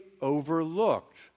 overlooked